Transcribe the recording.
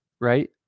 right